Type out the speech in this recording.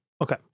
Okay